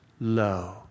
low